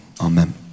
Amen